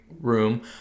room